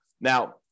Now